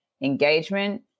engagement